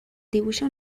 dibuixa